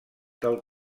del